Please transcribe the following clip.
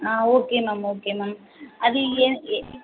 ஆ okay ma'am okay ma'am அது எ எ